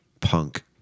punk